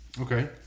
okay